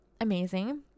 amazing